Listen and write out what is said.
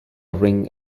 ring